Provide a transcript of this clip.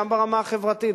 גם ברמה החברתית,